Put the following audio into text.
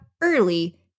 early